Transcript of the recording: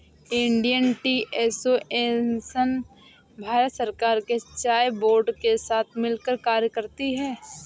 Indian tea association Bharat सरकार के चाय बोर्ड के साथ मिलकर कार्य करती है